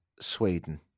Sweden